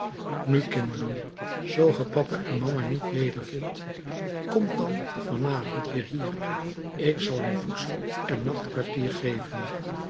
nu kinderen zoo ge papa en mama niet wedervindt komt dan van avond weer hier ik zal u voedsel en nachtkwartier geven